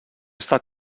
estat